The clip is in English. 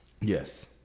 Yes